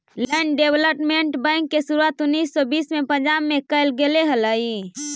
land development bank के शुरुआत उन्नीस सौ बीस में पंजाब में कैल गेले हलइ